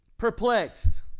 perplexed